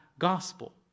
gospel